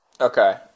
okay